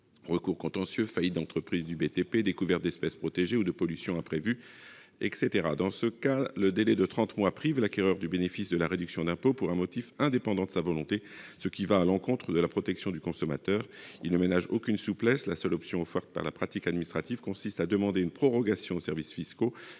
recours contentieux, faillites d'entreprises du BTP, découverte d'espèces protégées ou de pollutions imprévues, etc. Dans ce cas, le délai de trente mois prive l'acquéreur du bénéfice de la réduction d'impôt pour un motif indépendant de sa volonté, ce qui va à l'encontre de la protection du consommateur. Enfin, ce dispositif ne ménage aucune souplesse. La seule option offerte par la pratique administrative consiste à demander une prorogation aux services fiscaux,